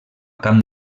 camp